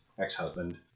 ex-husband